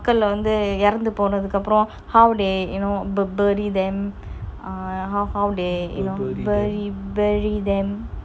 மக்களை வைத்து ஈரைந்து பொண்ண அப்புறம்:makkala vathu earanthu ponna apram how they you know burberry them err how how they you know berry bury them